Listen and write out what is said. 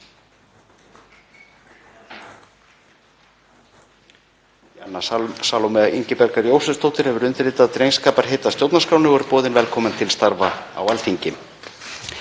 Jana Salóme Ingibjargar Jósepsdóttir hefur undirritað drengskaparheit að stjórnarskránni og er boðin velkomin til starfa á Alþingi.